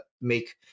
make